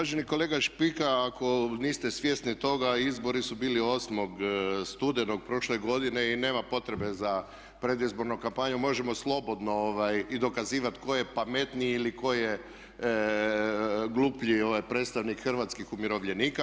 Uvaženi kolega Špika, ako niste svjesni toga, izbori su bili 8. studenog prošle godine i nema potrebe za predizbornom kampanjom, možemo slobodno i dokazivati tko je pametniji ili tko je gluplji predstavnik hrvatskih umirovljenika.